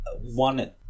one